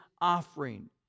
offering